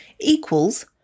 equals